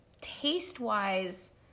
taste-wise